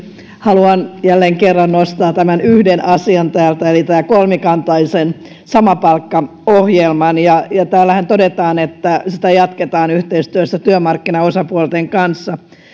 haluan jälleen kerran nostaa tämän yhden asian täältä eli kolmikantaisen samapalkkaohjelman täällähän todetaan että sitä jatketaan yhteistyössä työmarkkinaosapuolten kanssa